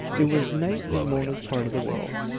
it was night in mona's part of the world,